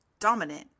Dominant